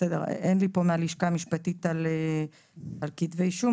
אין לי מידע מהלשכה המשפטית על כתבי אישום,